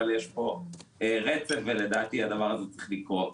אבל יש פה רצף ולדעתי הדבר הזה צריך לקרות.